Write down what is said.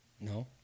No